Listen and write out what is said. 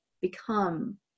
become